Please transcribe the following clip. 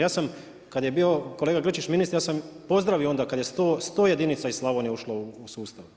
Ja sam kada je bio kolega Grčić ministar, ja sam pozdravio onda kada je 100 jedinica iz Slavonije ušlo u sustav.